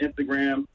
Instagram